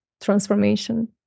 transformation